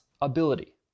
ability